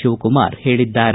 ಶಿವಕುಮಾರ್ ಹೇಳಿದ್ದಾರೆ